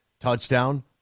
Touchdown